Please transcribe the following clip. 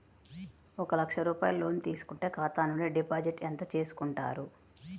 ఒక లక్ష రూపాయలు లోన్ తీసుకుంటే ఖాతా నుండి డిపాజిట్ ఎంత చేసుకుంటారు?